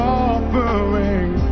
offering